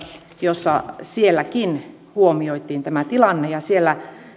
jossa sielläkin huomioitiin tämä tilanne siellä